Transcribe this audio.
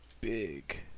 Big